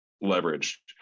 leverage